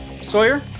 Sawyer